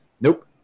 Nope